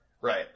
Right